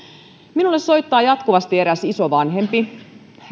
minulle soittaa jatkuvasti eräs isovanhempi